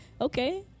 okay